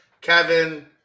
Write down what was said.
Kevin